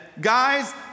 guys